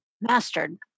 mastered